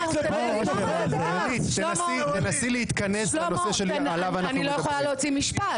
אני נכנסתי לאולם הוועדה.